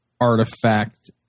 artifact